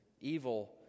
evil